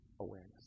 awareness